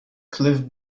cliff